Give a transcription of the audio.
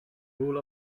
rule